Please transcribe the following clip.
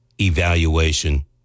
evaluation